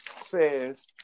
says